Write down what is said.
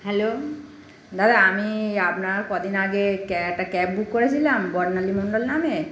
hello দাদা আমি আপনার কদিন আগে ক্যা একটা ক্যাব বুক করেছিলাম বর্ণালী মণ্ডল নামে